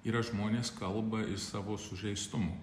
yra žmonės kalba iš savo sužeistumų